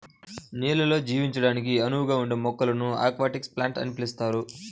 నీళ్ళల్లో జీవించడానికి అనువుగా ఉండే మొక్కలను అక్వాటిక్ ప్లాంట్స్ అని పిలుస్తారు